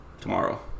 tomorrow